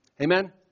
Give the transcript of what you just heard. Amen